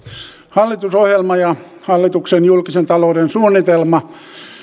hallitusohjelma ja hallituksen julkisen talouden suunnitelma